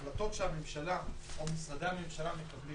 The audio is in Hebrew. החלטות שהממשלה או משרדי הממשלה מקבלים